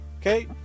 Okay